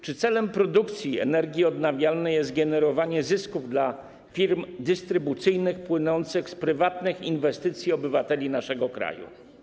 Czy celem produkcji energii odnawialnej jest generowanie zysków dla firm dystrybucyjnych płynących z prywatnych inwestycji obywateli naszego kraju?